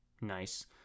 Nice